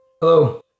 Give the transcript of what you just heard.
Hello